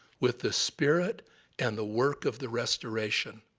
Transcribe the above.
with the spirit and the work of the restoration.